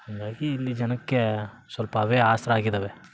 ಹಂಗಾಗಿ ಇಲ್ಲಿ ಜನಕ್ಕೆ ಸ್ವಲ್ಪ ಅವೇ ಆಸರೆ ಆಗಿದ್ದಾವೆ